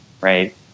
right